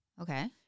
Okay